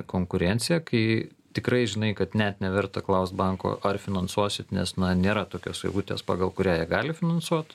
konkurencija kai tikrai žinai kad net neverta klaust banko ar finansuosit nes na nėra tokios eilutės pagal kurią jie gali finansuot